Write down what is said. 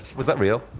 was that real?